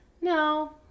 no